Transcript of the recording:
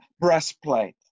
breastplate